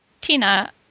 Tina